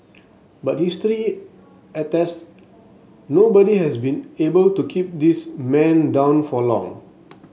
but history attests nobody has been able to keep this man down for long